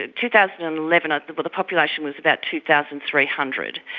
ah two thousand and eleven the but population was about two thousand three hundred.